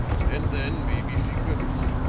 and then maybe she couldn't.